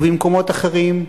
ובמקומות אחרים,